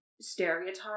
stereotype